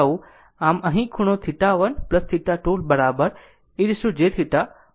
આમ અહીં ખૂણો θ1 θ2 બરાબર e jθ 1 θ